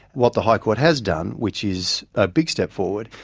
what the high court has done, which is a big step forward,